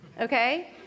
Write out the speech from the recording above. Okay